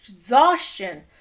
exhaustion